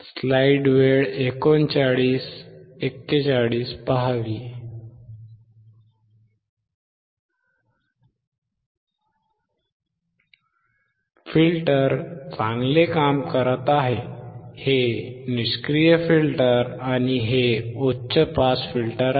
filter चांगले काम करत आहे हे निष्क्रिय फिल्टर आणि हे उच्च पास फिल्टर आहे